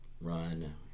run